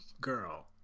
girl